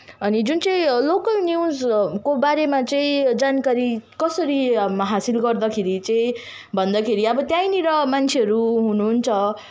अनि जुन चाहिँ लोकल न्युजको बारेमा चाहिँ जानकारी कसरी अब हासिल गर्दाखेरि चाहिँ भन्दाखेरि अब त्यहीँनिर मान्छेहरू हुनुहुन्छ